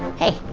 hey,